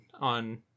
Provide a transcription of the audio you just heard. on